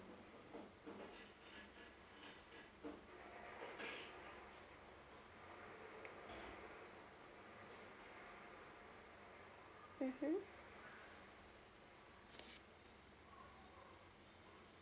mmhmm